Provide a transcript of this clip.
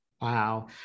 Wow